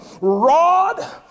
rod